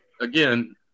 again